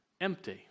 Empty